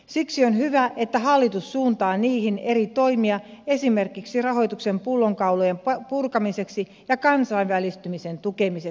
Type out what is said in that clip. siksi on hyvä että hallitus suuntaa niihin eri toimia esimerkiksi rahoituksen pullonkaulojen purkamiseksi ja kansainvälistymisen tukemiseksi